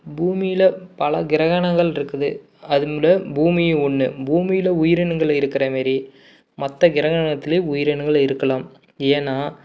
பூமியில் பல கிரகணங்கள் இருக்குது அதுகூட பூமியும் ஒன்று பூமியில் உயிரினங்கள் இருக்கிற மாரி மற்ற கிரகணத்திலையும் உயிரினங்கள் இருக்கலாம் ஏன்னால்